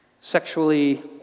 sexually